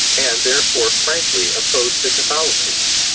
and therefore frankly opposed to catholicism.